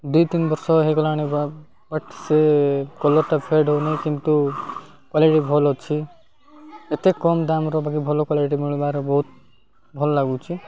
ଦୁଇ ତିନି ବର୍ଷ ହେଇଗଲା ଆଣିବା ବଟ୍ ସେ କଲର୍ଟା ଫେଡ଼ ହଉନିଁ କିନ୍ତୁ କ୍ୱାଲିଟି ଭଲ୍ ଅଛି ଏତେ କମ୍ ଦାମର ବାକି ଭଲ କ୍ଵାଲିଟି ମିଳିବାରୁ ବହୁତ ଭଲ ଲାଗୁଛି